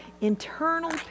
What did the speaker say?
Internal